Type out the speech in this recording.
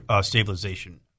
Stabilization